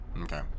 Okay